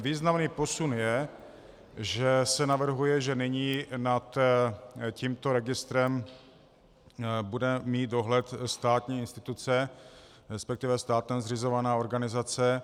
Významným posunem je, že se navrhuje, že nyní nad tímto registrem bude mít dohled státní instituce, respektive státem zřizovaná organizace.